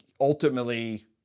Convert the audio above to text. ultimately